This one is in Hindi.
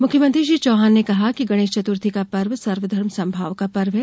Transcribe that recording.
मुख्यमंत्री श्री चौहान ने कहा है कि गणेश चतुर्थी का पर्व सर्वधर्म समभाव का पर्व है